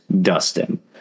Dustin